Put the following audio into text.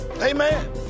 Amen